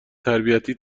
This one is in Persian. تربیتی